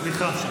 סליחה.